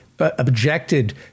objected